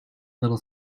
little